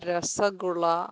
rasgulla